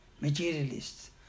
materialists